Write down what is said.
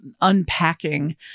unpacking